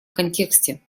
контексте